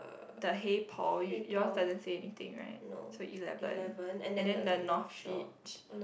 the hey Paul yours doesn't say anything right so eleven and then the north beach